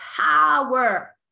power